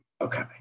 Okay